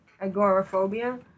agoraphobia